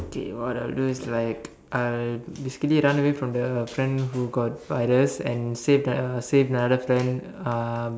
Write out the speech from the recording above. okay what I'll do is like I'll basically run away from the friend who got virus and save the save another friend uh